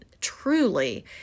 truly